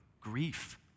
grief